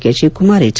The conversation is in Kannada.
K Shivakumar H